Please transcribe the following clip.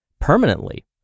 permanently